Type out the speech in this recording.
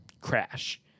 crash